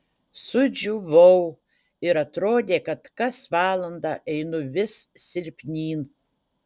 sudžiūvau ir atrodė kad kas valandą einu vis silpnyn